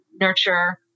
nurture